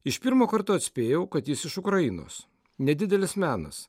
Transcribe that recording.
iš pirmo karto atspėjau kad jis iš ukrainos nedidelis menas